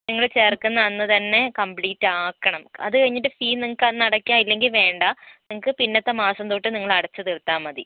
നിങ്ങൾ ചേർക്കുന്ന അന്നുതന്നെ കമ്പ്ലീറ്റ് ആക്കണം അതുകഴിഞ്ഞിട്ട് ഫീ നിങ്ങൾക്ക് അന്ന് അടയ്ക്കാം ഇല്ലെങ്കിൽ വേണ്ട നിങ്ങൾക്ക് പിന്നത്തെ മാസം തൊട്ട് നിങ്ങൾ അടച്ചുതീർത്താൽ മതി